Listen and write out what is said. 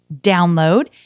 download